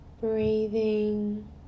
Breathing